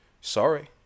sorry